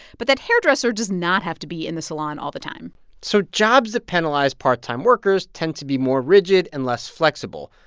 but that hairdresser does not have to be in the salon all the time so jobs that penalize part-time workers tend to be more rigid and less flexible,